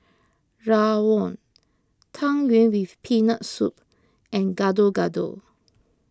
Rawon Tang Yuen with Peanut Soup and Gado Gado